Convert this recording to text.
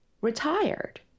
retired